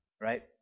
right